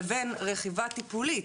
לבין רכיבה טיפולית.